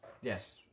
Yes